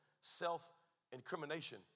self-incrimination